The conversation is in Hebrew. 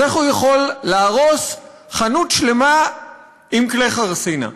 אז איך הוא יכול להרוס חנות שלמה עם כלי חרסינה?